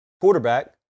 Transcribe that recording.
quarterback